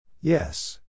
Yes